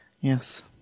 Yes